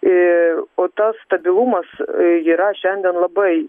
ir o tas stabilumas yra šiandien labai